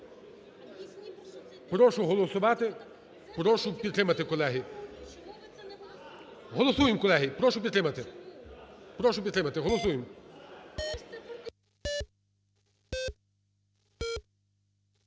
Прошу голосувати, прошу підтримати, колеги. Голосуємо, колеги, прошу підтримати. Прошу підтримати, голосуємо.